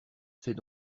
c’est